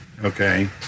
okay